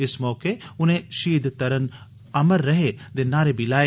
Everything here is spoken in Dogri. इस मौके उनें 'शहीद तरन अमीर रहे' दे नारे बी लाए